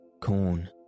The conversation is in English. corn